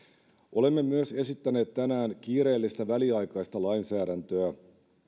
olemme myös esittäneet tänään kiireellistä väliaikaista lainsäädäntöä